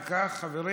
אם כך, חברים,